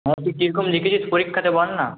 হ্যাঁ তুই কিরকম লিখেছিস পরীক্ষাতে বল না